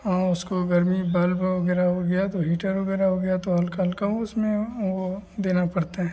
और उसको गर्मी बल्ब वग़ैरह हो गया तो हीटर वग़ैरह हो गया तो हल्का हल्का वो उसमें वह देना पड़ता है